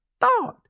thought